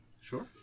Sure